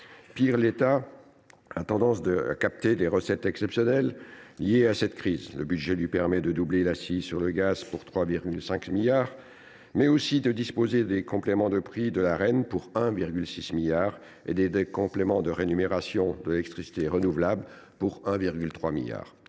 Pis, l’État a tendance à capter des recettes exceptionnelles tirées de cette crise. Le budget 2024 lui permet ainsi de doubler le tarif de l’accise sur le gaz, pour 3,5 milliards d’euros, mais aussi de disposer des compléments de prix de l’Arenh, pour 1,6 milliard d’euros, et des compléments de rémunération de l’électricité renouvelable, pour 1,3 milliard